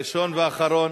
ראשון ואחרון.